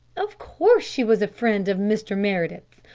of course, she was a friend of mr. meredith's.